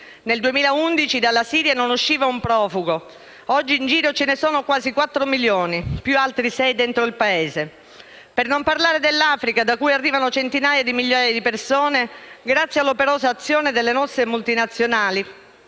Nel 2011 dalla Siria non usciva un profugo, oggi in giro ce ne sono quasi 4 milioni, più altri 6 dentro il Paese. Non parliamo dell'Africa, da cui arrivano centinaia di migliaia di persone grazie all'operosa azione delle nostre multinazionali,